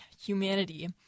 humanity